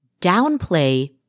downplay